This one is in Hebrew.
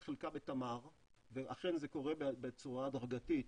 חלקה בתמר ואכן זה קורה בצורה הדרגתית,